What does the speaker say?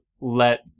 Let